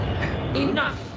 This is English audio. Enough